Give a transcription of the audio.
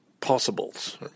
possibles